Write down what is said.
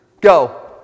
Go